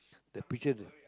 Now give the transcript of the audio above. the picture the